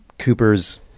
Cooper's